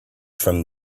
from